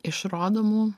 iš rodomų